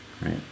right